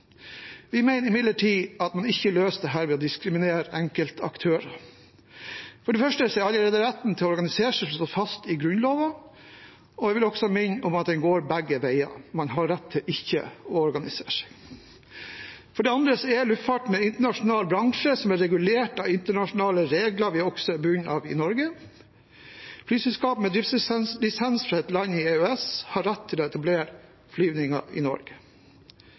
Vi mener imidlertid at man ikke løser dette ved å diskriminere enkeltaktører. For det første er allerede retten til å organisere seg slått fast i Grunnloven, og jeg vil også minne om at den går begge veier. Man har rett til ikke å organisere seg. For det andre er luftfarten en internasjonal bransje som er regulert av internasjonale regler vi også er bundet av i Norge. Flyselskap med driftslisens fra et land i EØS har rett til å etablere flyvninger i Norge.